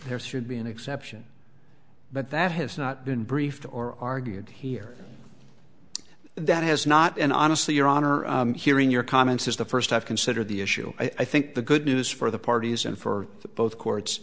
there should be an exception but that has not been briefed or argued here that has not and honestly your honor hearing your comments is the first i've considered the issue i think the good news for the parties and for the both courts